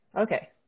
Okay